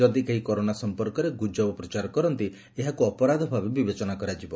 ଯଦି କେହି କରୋନା ସମ୍ମର୍କରେ ଗୁଜବ ପ୍ରଚାର କରନ୍ତି ଏହାକୁ ଅପରାଧ ଭାବେ ବିବେଚନା କରାଯିବ